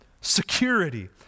Security